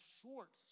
short